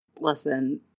Listen